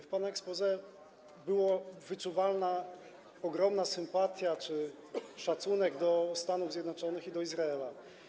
W pana exposé była wyczuwalna ogromna sympatia czy szacunek do Stanów Zjednoczonych i do Izraela.